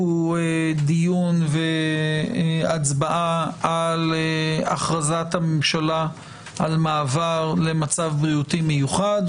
דיון והצבעה על הכרזת הממשלה על מעבר למצב בריאותי מיוחד.